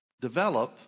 develop